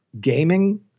gaming